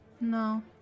No